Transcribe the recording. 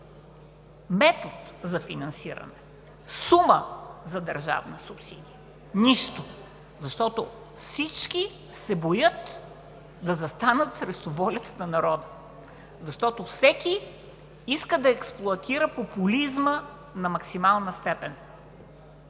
метод за финансиране, сума за държавна субсидия. Нищо! Защото всички се боят да застанат срещу волята на народа, защото всеки иска да експлоатира популизма на максимална степен.